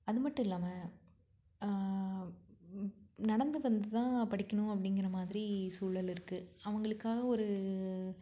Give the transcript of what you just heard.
அது மட்டும் இல்லாமல் நடந்து வந்து தான் படிக்கணும் அப்படிங்கிற மாதிரி சூழல் இருக்குது அவங்களுக்காக ஒரு